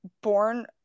born